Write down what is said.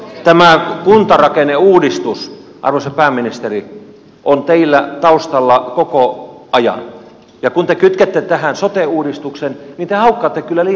tämä kuntarakenneuudistus arvoisa pääministeri on teillä taustalla koko ajan ja kun te kytkette tähän sote uudistuksen niin te haukkaatte kyllä liian suuren palan